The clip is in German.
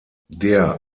der